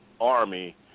Army